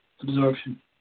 absorption